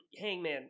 Hangman